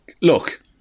look